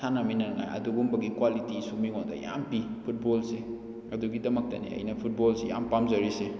ꯁꯥꯟꯅꯃꯤꯅꯉꯥꯏ ꯑꯗꯨꯒꯨꯝꯕꯒꯤ ꯀ꯭ꯋꯥꯂꯤꯇꯤꯁꯨ ꯃꯤꯉꯣꯟꯗ ꯌꯥꯝꯅ ꯄꯤ ꯐꯨꯠꯕꯣꯜꯁꯦ ꯑꯗꯨꯒꯤꯗꯃꯛꯇꯅꯦ ꯑꯩꯅ ꯐꯨꯠꯕꯣꯜꯁꯦ ꯌꯥꯝꯅ ꯄꯥꯝꯖꯔꯤꯁꯦ